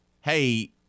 hey